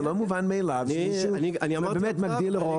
זה לא מובן מאליו שמישהו באמת מגדיל ראש,